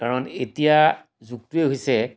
কাৰণ এতিয়াৰ যুগটোৱেই হৈছে